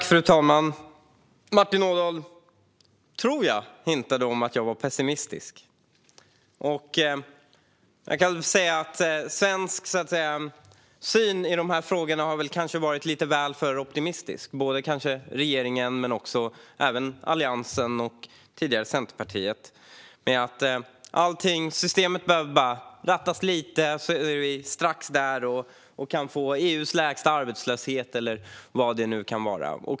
Fru talman! Jag tror att Martin Ådahl hintade om att jag var pessimistisk. Jag kan säga att svensk syn i de här frågorna kanske har varit lite väl optimistisk. Det gäller regeringen och även Alliansen och tidigare Centerpartiet. Systemet behöver bara rattas lite, så kan vi strax få EU:s lägsta arbetslöshet eller vad det nu kan vara.